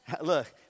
Look